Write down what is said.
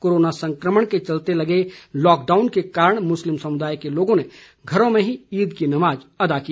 corona संक्रमण के चलते लगे लॉकडाउन के कारण मुस्लिम समुदाय के लोगों ने घरों में ही ईद की नमाज अदा की